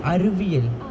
அருவியல்:aruviyal